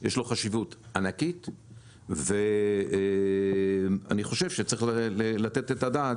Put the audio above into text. יש לו חשיבות ענקית ואני חושב שצריך לתת את הדעת